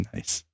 Nice